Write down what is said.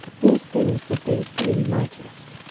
these things did these three mightiest.